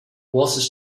was